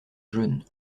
jeûnent